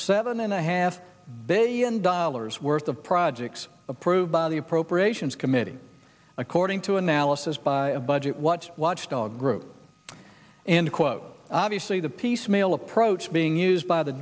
seven and a half billion dollars worth of projects approved by the appropriations committee according to analysis by a budget watch watchdog group and quote obviously the piecemeal approach being used by the